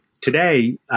Today